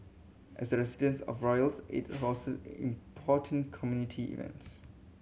as the residence of royals it hosted important community events